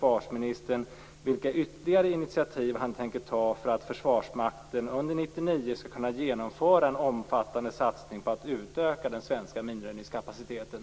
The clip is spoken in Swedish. Vilka ytterligare initiativ tänker han ta för att Försvarsmakten under 1999 skall kunna genomföra en omfattande satsning på att utöka den svenska minröjningskapaciteten?